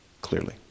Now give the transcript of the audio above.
clearly